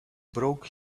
broke